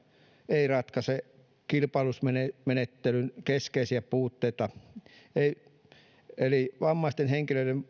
ei ratkaise kilpailutusmenettelyn keskeisiä puutteita eli vammaisten henkilöiden